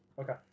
Okay